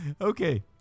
Okay